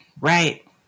right